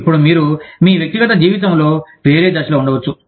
ఇప్పుడు మీరు మీ వ్యక్తిగత జీవితంలో వేరే దశలో ఉండవచ్చు